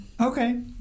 Okay